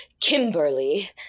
Kimberly